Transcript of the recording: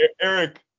Eric